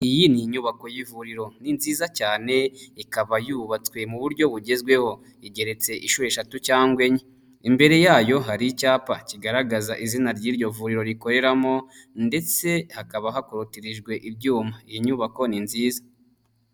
Iyi ni inyubako y'ivuriro . Ni nziza cyane ikaba yubatswe mu buryo bugezweho. Igeretse inshuro eshatu cyangwa enye . Imbere yayo hari icyapa kigaragaza izina ry'iryo vuriro rikoreramo ndetse hakaba hakorutirijwe ibyuma. Iyi nyubako ni nziza.